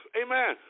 amen